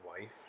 wife